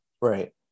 Right